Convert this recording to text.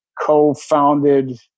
co-founded